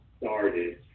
started